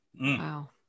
wow